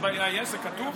זה כתוב?